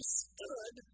stood